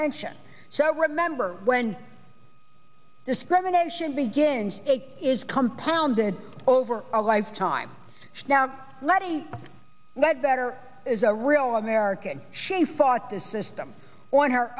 remember when discrimination begins is compounded over a lifetime now letty that better is a real american she fought this system on her